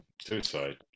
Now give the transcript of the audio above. suicide